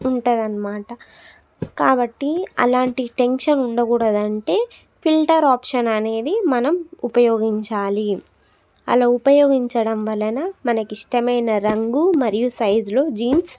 ఉంటుందన్నమాట కాబట్టి అలాంటి టెన్షన్ ఉండకూడదు అంటే ఫిల్టర్ ఆప్షన్ అనేది మనం ఉపయోగించాలి అలా ఉపయోగించడం వలన మనకు ఇష్టమైన రంగు మరియు సైజులు జీన్స్